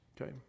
Okay